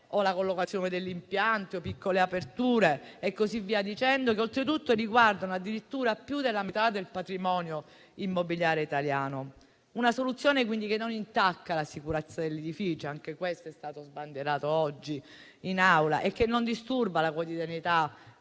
o la collocazione degli impianti o piccole aperture e così via, che oltretutto riguardano addirittura più della metà del patrimonio immobiliare italiano. Si tratta quindi di una soluzione che non intacca la sicurezza degli edifici, com'è stato sbandierato oggi in Aula, e che non disturba la quotidianità